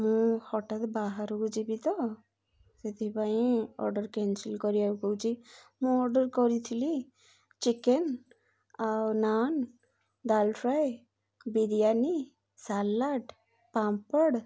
ମୁଁ ହଠାତ୍ ବାହାରକୁ ଯିବି ତ ସେଥିପାଇଁ ଅର୍ଡ଼ର୍ କ୍ୟାନସଲ୍ କରିବାକୁ କହୁଚି ମୁଁ ଅର୍ଡ଼ର୍ କରିଥିଲି ଚିକେନ୍ ଆଉ ନାନ୍ ଡାଲ ଫ୍ରାଏ ବିରିୟାନୀ ସାଲାଡ଼୍ ପାମ୍ପଡ଼